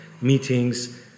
meetings